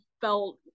felt